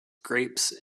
grapes